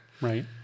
Right